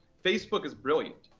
facebook is brilliant.